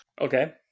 Okay